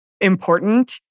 important